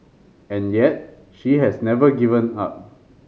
and yet she has never given up